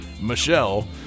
Michelle